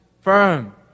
firm